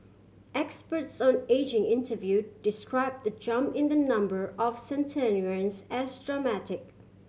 experts on ageing interview describe the jump in the number of centenarians as dramatic